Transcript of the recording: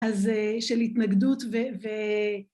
‫אז של התנגדות ו...